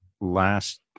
last